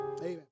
Amen